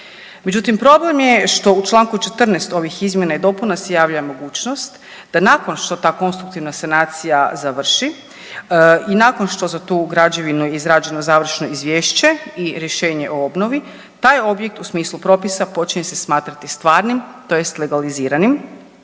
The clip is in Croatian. Međutim, problem je što u čl. 14 ovih izmjena i dopuna se javlja mogućnost da nakon što ta konstruktivna sanacija završi i nakon što za tu građevinu je izrađeno završno izvješće i rješenje o obnovi, taj objekt u smislu propisa počinje se smatrati stvarnim, tj. legaliziranim